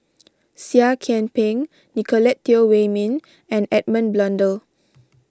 Seah Kian Peng Nicolette Teo Wei Min and Edmund Blundell